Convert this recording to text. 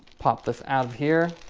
pop this out of here.